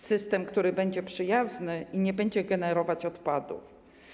System, który będzie przyjazny i nie będzie generował odpadów.